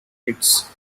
its